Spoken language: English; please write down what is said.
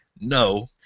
no